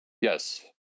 yes